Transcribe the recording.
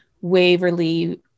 Waverly